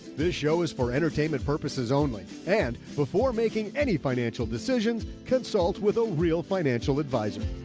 this show is for entertainment purposes only. and before making any financial decisions consult with a real financial advisor,